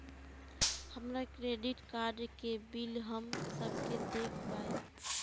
हमरा credit card के bill हम कइसे देख पाएम?